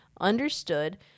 understood